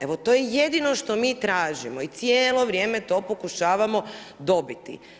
Evo to je jedino što mi tražimo i cijelo vrijeme to pokušavamo dobiti.